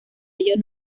ello